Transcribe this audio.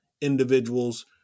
individuals